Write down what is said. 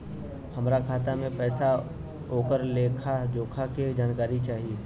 हमार खाता में पैसा ओकर लेखा जोखा के जानकारी चाही?